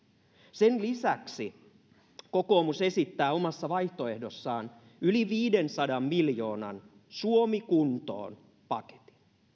sen lisäksi kokoomus esittää omassa vaihtoehdossaan yli viidensadan miljoonan suomi kuntoon paketin